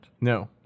No